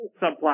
subplot